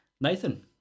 Nathan